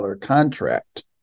contract